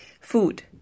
Food